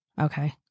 okay